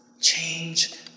Change